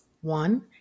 One